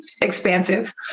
expansive